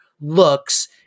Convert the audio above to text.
looks